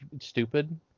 stupid